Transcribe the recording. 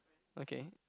okay